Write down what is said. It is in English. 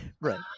Right